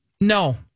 No